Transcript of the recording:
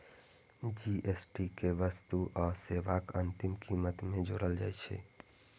GST कें वस्तु आ सेवाक अंतिम कीमत मे जोड़ल जाइ छै